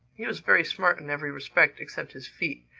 he was very smart in every respect except his feet.